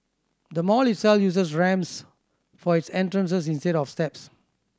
the mall itself uses ramps for its entrances instead of steps